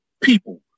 people